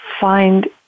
find